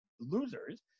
losers